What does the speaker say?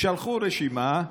שלחו רשימה,